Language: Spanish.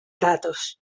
datos